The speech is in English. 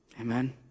Amen